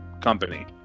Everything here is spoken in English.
company